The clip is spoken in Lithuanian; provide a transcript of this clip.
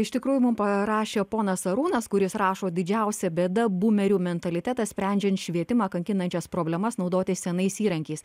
iš tikrųjų mum parašė ponas arūnas kuris rašo didžiausia bėda bumerių mentalitetas sprendžiant švietimą kankinančias problemas naudotis senais įrankiais